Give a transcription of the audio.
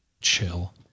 chill